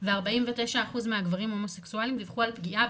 ו-49 אחוז מהגברים ההומוסקסואלים דיווחו על פגיעה,